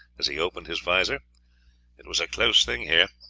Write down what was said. as he opened his vizor it was a close thing here,